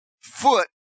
foot